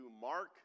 Mark